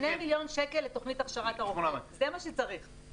שני מיליון שקלים לתוכנית הכשרה, זה מה שצריך.